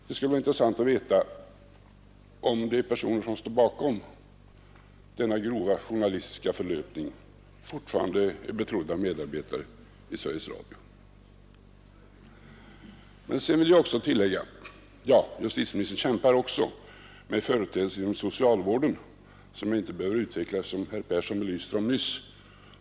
Det skulle vara intressant att veta, om de personer som står bakom denna grova journalistiska förlöpning fortfarande är betrodda medarbetare i Sveriges Radio. Justitieministern kämpar också med företeelser inom socialvården, som jag inte behöver närmare gå in på, eftersom herr Persson belyste dem nyss.